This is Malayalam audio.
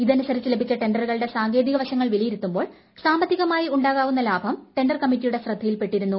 ഇതനുസരിച്ച ല്ലഭിച്ച ടെൻഡറുകളുടെ സാങ്കേതികവശങ്ങൾ വിലയിരുത്തുറിപ്പോൾ സാമ്പത്തികമായി ഉണ്ടാകാവുന്ന ലാഭം ടെൻഡർ ക്ടമ്മിറ്റിയുടെ ശ്രദ്ധയിൽ പെട്ടിരുന്നു